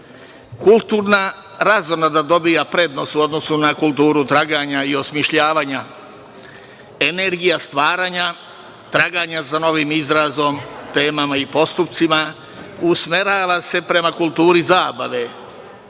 Kulturna razonoda dobija prednost u odnosu na kulturu traganja i osmišljavanja, energija stvaranja, traganja za novim izrazom, temama i postupcima usmerava se prema kulturi zabave.